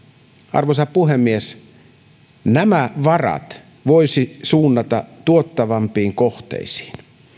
arvoisa puhemies nämä varat voisi suunnata tuottavampiin kohteisiin